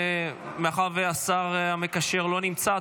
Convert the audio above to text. מאחר שהשר המקשר לא נמצא,